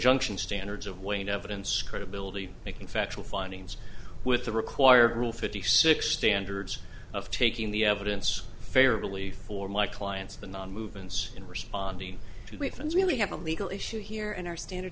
junction standards of weighing evidence credibility making factual findings with the required rule fifty six standards of taking the evidence fairly for my clients the non movements in responding to a fence really have a legal issue here and our standard